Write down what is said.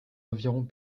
environs